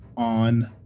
On